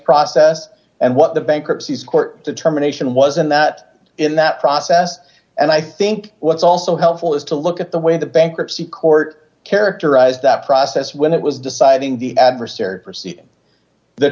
process and what the bankruptcy court determination was and that in that process and i think what's also helpful is to look at the way the bankruptcy court d characterized that process when it was deciding the adversary proceeding the